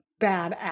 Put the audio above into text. Badass